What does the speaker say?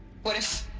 what if.